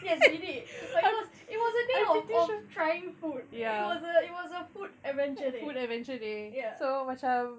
yes we did but it was it was a day of of trying food it was a it was a food adventure day ya